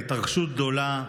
ההתרחשות גדולה,